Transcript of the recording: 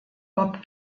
bob